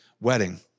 wedding